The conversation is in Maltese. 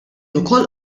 ukoll